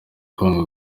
kwanga